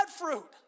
fruit